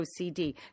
OCD